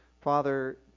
Father